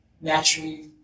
naturally